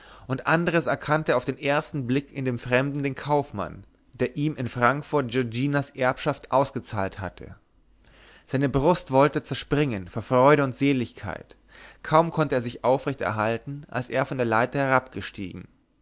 und andres erkannte auf den ersten blick in dem fremden den kaufmann der ihm in frankfurt giorginas erbschaft ausgezahlt hatte seine brust wollte zerspringen vor freude und seligkeit kaum konnte er sich aufrecht erhalten als er von der leiter